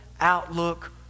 outlook